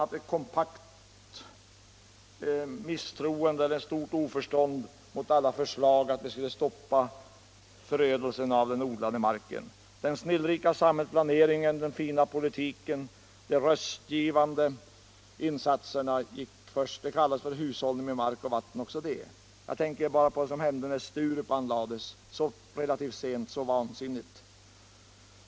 Med kompakt misstroende eller stort oförstånd mötte man alla förslag att vi skulle stoppa förödelsen av den odlade marken. Den nyrika samhällsplaneringen, den fina politiken, de röstgivande insatserna gick först. Också det kallades för hushållning med mark och vatten. Jag tänker på vad som hände när Sturup anlades — så relativt sent, så vansinnigt.